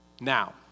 Now